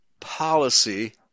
Policy